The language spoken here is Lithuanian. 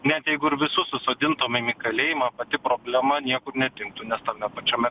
net jeigu ir visus susodintumėm į kalėjimą pati problema niekur nedingtų nes tame pačiame